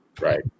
Right